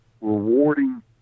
rewarding